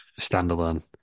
standalone